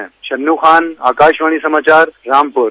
शन्नू खान आकाशवाणी समाचार रामपुर